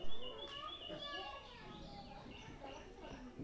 Hybrid tomato আর দেশি tomato এর মইধ্যে কোনটা চাষ করা বেশি লাভ হয়?